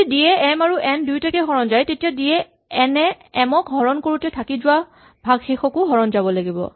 যদি ডি য়ে এম আৰু এন দুয়োটাকে হৰণ যায় তেতিয়া ডি য়ে এন এ এম ক হৰণ কৰোতে থাকি যোৱা ভাগশেষকো হৰণ যাব লাগিব